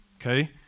okay